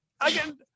again